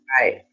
right